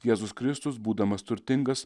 jėzus kristus būdamas turtingas